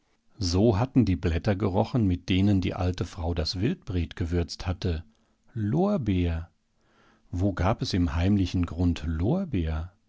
so hatten die blätter gerochen mit denen die alte frau das wildbret gewürzt hatte lorbeer wo gab es im heimlichen grund lorbeer